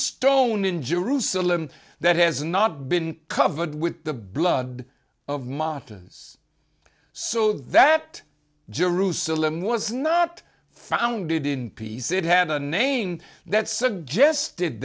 stone in jerusalem that has not been covered with the blood of martyrs so that jerusalem was not founded in peace it had a name that suggested